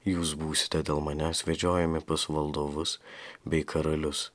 jūs būsite dėl manęs vedžiojami pas valdovus bei karalius